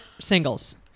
singles